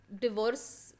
divorce